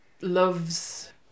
Love's